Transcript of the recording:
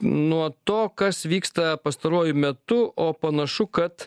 nuo to kas vyksta pastaruoju metu o panašu kad